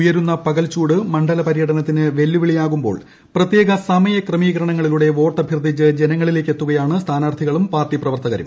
ഉയരുന്ന പക്ൽച്ചൂട് മണ്ഡല പര്യടനത്തിന് വെല്ലുവിളിയാകുമ്പോൾ പ്രത്യേക സമയ ക്രമീകരണങ്ങളിലൂടെ വോട്ടഭ്യർത്ഥിച്ച് ജനങ്ങളിലെത്തുകയാണ് സ്ഥാനാർത്ഥികളും പാർട്ടി പ്രവർത്തകരും